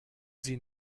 sie